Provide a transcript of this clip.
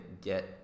get